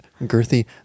Girthy